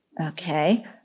Okay